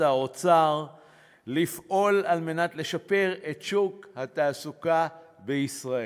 האוצר לפעול לשיפור שוק התעסוקה בישראל: